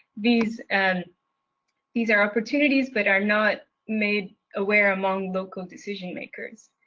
these and these are opportunities but are not made aware among local decision makers.